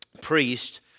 priest